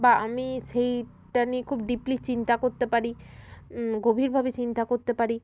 বা আমি সেইটা নিয়ে খুব ডিপলি চিন্তা করতে পারি গভীরভাবে চিন্তা করতে পারি